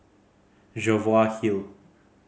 Jervois Hill